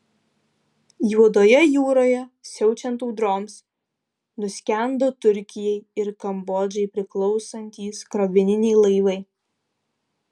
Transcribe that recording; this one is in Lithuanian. juodojoje jūroje siaučiant audroms nuskendo turkijai ir kambodžai priklausantys krovininiai laivai